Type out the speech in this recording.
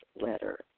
letter